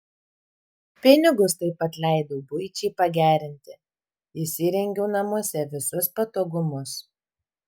pinigus taip pat leidau buičiai pagerinti įsirengiau namuose visus patogumus